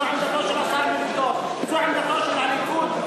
זו עמדתו של השר מרידור וזו עמדתו של הליכוד,